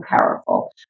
powerful